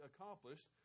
accomplished